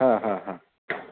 हा हा हा